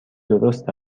درست